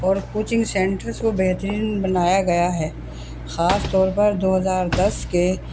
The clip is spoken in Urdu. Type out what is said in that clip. اور کوچنگ سینٹرس کو بہترین بنایا گیا ہے خاص طور پر دو ہزار دس کے